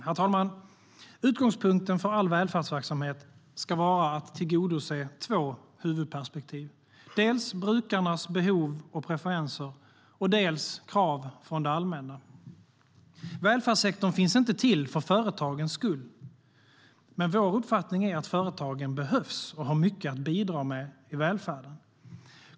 Herr talman! Utgångspunkten för all välfärdsverksamhet ska vara att tillgodose två huvudperspektiv: dels brukarnas behov och preferenser, dels krav från det allmänna. Välfärdssektorn finns inte till för företagens skull. Men vår uppfattning är att företagen behövs och har mycket att bidra med i välfärden.